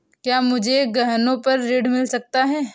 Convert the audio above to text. क्या मुझे गहनों पर ऋण मिल सकता है?